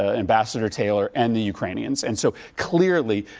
ah ambassador taylor and the ukrainians, and so, clearly,